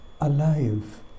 alive